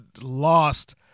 lost